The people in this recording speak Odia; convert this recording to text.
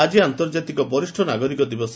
ଆକି ଆନ୍ତର୍ଜାତିକ ବରିଷ ନାଗରିକ ଦିବସ